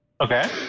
okay